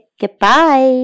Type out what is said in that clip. goodbye